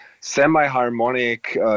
semi-harmonic